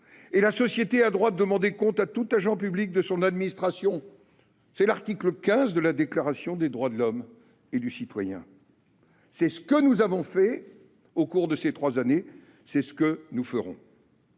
« la société a le droit de demander compte à tout agent public de son administration »– c’est l’article XV de la Déclaration des droits de l’homme et du citoyen de 1789. C’est ce que nous avons fait au cours de ces trois années, et c’est ce que nous ferons.